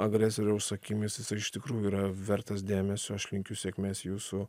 agresoriaus akimis jisai iš tikrųjų yra vertas dėmesio aš linkiu sėkmės jūsų